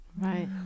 Right